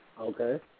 Okay